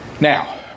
Now